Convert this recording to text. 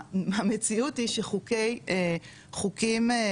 המציאות היא שחוקי חוקים,